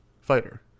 fighter